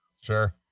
Sure